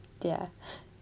their